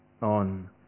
on